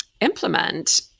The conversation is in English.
implement